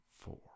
four